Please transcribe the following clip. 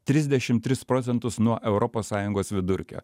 trisdešim tris procentus nuo europos sąjungos vidurkio